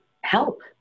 help